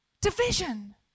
Division